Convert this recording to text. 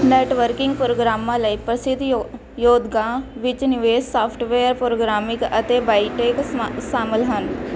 networking ਪ੍ਰੋਗਰਾਮਾਂ ਲਈ ਪ੍ਰਸਿੱਧ ਯੋ ਯੋਦਗਾਂ ਵਿੱਚ ਨਿਵੇਸ਼ ਸਾਫਟਵੇਅਰ ਪ੍ਰੋਗਰਾਮਿੰਗ ਅਤੇ ਬਾਈਟੇਕ ਸਮਾ ਸ਼ਾਮਲ ਹਨ